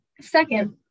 Second